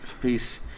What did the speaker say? Peace